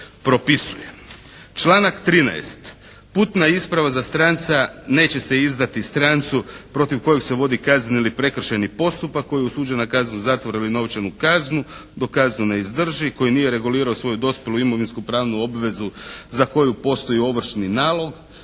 propisuje. Članak 13. Putna isprava za stranca neće se izdati strancu protiv kojeg se vodi kazneni ili prekršajni postupak, koji je osuđena na kaznu zatvora ili novčanu kaznu dok kaznu ne izdrži, koji nije regulirao svoju dospjelu imovinsku-pravnu obvezu za koju postoji ovršni nalog